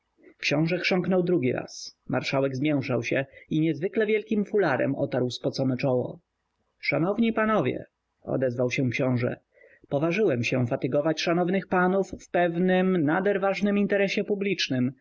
pomocnika książe chrząknął drugi raz marszałek zmięszał się i niezwykle wielkim fularem otarł spocone czoło szanowni panowie odezwał się książe poważyłem się fatygować szanownych panów w pewnym nader ważnym interesie publicznym